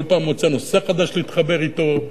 כל פעם מוצא נושא חדש להתחבר אתו.